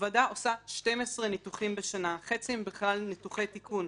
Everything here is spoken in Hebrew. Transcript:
הוועדה עושה 12 ניתוחים בשנה חצי הם בכלל ניתוחי תיקון.